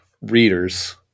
readers